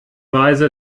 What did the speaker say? weise